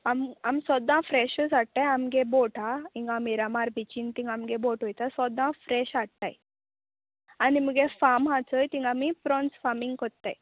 आम आम सोदां फ्रेशूच हाडटाय आमगे बोट हा हिंगा मिरामार बिचीन थिंगां आमगे बोट वयता सोदां फ्रेश हाडटाय आनी मुगे फाम आहा थंय थिंगां आमी प्रोन्स फामींग कोत्ताय